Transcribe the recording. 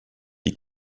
die